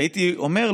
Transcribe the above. היועצת